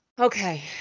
Okay